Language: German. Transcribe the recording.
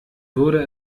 wurde